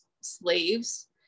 slaves